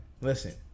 listen